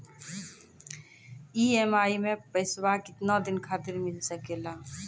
EMI मैं पैसवा केतना दिन खातिर मिल सके ला?